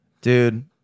Dude